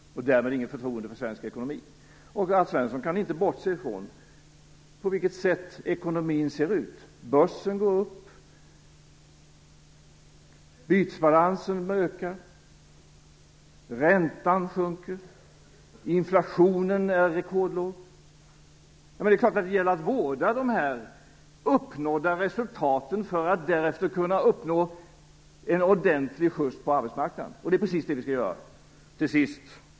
Därmed fanns det inget förtroende för svensk ekonomi. Alf Svensson kan inte bortse ifrån hur ekonomin ser ut. Börsen går upp, bytesbalansen ökar, räntan sjunker och inflationen är rekordlåg. Det gäller att vårda de uppnådda resultaten för att därefter kunna få en ordentlig skjuts på arbetsmarknaden. Det är precis detta vi skall göra.